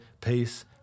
peace